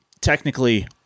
technically